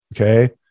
Okay